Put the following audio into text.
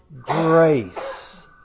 grace